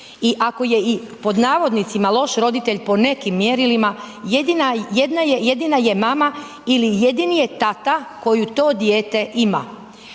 I ako je i pod navodnicima „loš“ roditelj po nekim mjerilima jedina je mama ili jedini je tata koju to dijete ima